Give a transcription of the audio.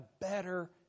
better